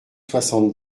soixante